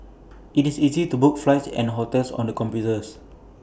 IT is easy to book flights and hotels on the computers